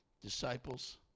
disciples